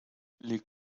les